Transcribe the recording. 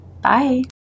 Bye